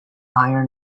iron